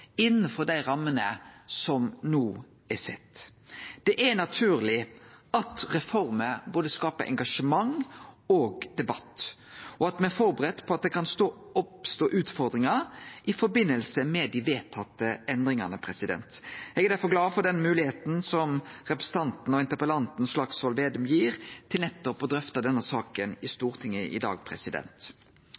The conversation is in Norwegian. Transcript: innanfor dei rammene som no er sette. Det er naturleg at reformer skaper både engasjement og debatt, og me er førebudde på at det kan oppstå utfordringar i samband med dei vedtatte endringane. Eg er derfor glad for den moglegheita som representanten og interpellanten Slagsvold Vedum gir til nettopp å drøfte denne saka i Stortinget i dag.